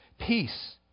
Peace